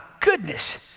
goodness